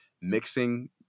mixing